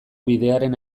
bidearen